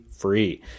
free